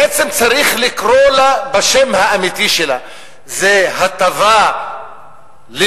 בעצם צריך לקרוא לה בשם האמיתי שלה: זו הטבה לבעלי